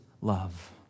love